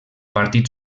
partit